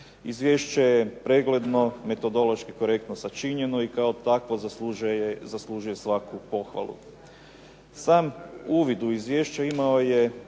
Izvješće je pregledno, metodološki korektno sačinjeno i kao takvo zaslužuje svaku pohvalu. Sam uvid u izvješće imao je